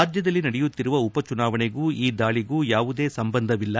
ರಾಜ್ಯದಲ್ಲಿ ನಡೆಯುತ್ತಿರುವ ಉಪಚುನಾವಣೆಗೂ ಈ ದಾಳಿಗೂ ಯಾವುದೇ ಸಂಬಂಧವಿಲ್ಲ